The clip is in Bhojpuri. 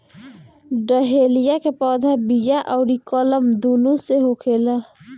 डहेलिया के पौधा बिया अउरी कलम दूनो से होखेला